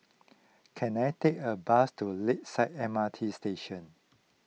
can I take a bus to Lakeside M R T Station